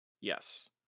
yes